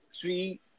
Three